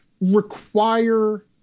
require